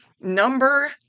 Number